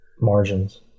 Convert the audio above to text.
margins